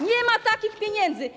Nie ma takich pieniędzy.